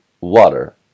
water